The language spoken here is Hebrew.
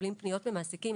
מקבלים פניות ממעסיקים,